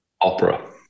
Opera